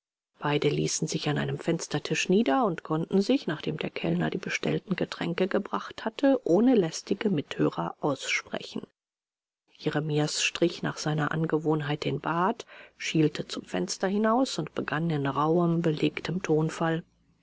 beide ließen sich an einem fenstertisch nieder und konnten sich nachdem der kellner die bestellten getränke gebracht hatte ohne lästige mithörer aussprechen jeremias strich nach seiner angewohnheit den bart schielte zum fenster hinaus und begann in rauhem belegtem tonfall